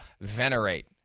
venerate